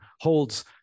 holds